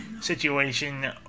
situation